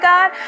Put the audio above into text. God